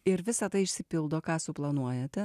ir visa tai išsipildo ką suplanuojate